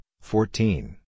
fourteen